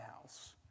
house